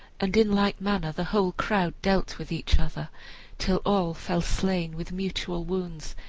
and in like manner the whole crowd dealt with each other till all fell, slain with mutual wounds,